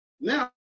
now